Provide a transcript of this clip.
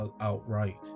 outright